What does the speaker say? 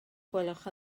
gwelwch